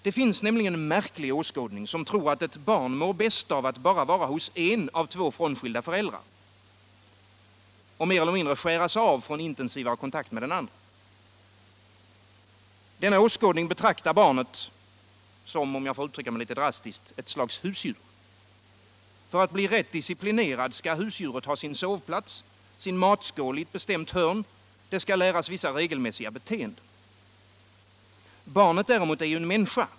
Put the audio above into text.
Det finns nämligen en märklig åskådning, som tror att ett barn mår bäst av att bara vara hos en av två frånskilda föräldrar och mer eller mindre skäras av från intensivare kontakt med den andre. Denna åskådning betraktar barnet som, om jag får uttrycka mig litet drastiskt, ett slags husdjur. För att bli rätt disciplinerad skall husdjuret ha sin sovplats, sin matskål i ett bestämt hörn, det skall läras vissa regelmässiga beteenden. Barnet däremot är en människa.